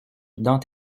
dans